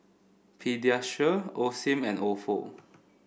Pediasure Osim and Ofo